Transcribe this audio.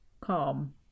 calm